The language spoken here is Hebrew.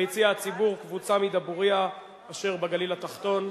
ביציע הציבור, קבוצה מדבורייה, אשר בגליל התחתון.